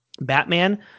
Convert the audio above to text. Batman